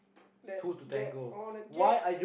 lets get on again